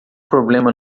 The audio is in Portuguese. problema